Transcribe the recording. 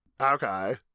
Okay